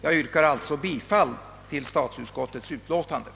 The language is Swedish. Jag yrkar alltså, herr talman, bifall till statsutskottets hemställan.